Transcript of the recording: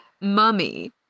Mummy